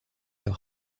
leur